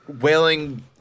wailing